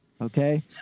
okay